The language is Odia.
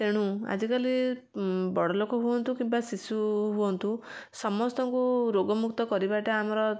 ତେଣୁ ଆଜିକାଲି ବଡ଼ଲୋକ ହୁଅନ୍ତୁ କିମ୍ବା ଶିଶୁ ହୁଅନ୍ତୁ ସମସ୍ତଙ୍କୁ ରୋଗ ମୁକ୍ତ କରିବାଟା ଆମର